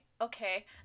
Okay